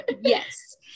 Yes